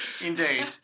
Indeed